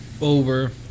Over